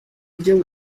byo